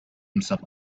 himself